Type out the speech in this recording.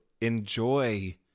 enjoy